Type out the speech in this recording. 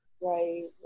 right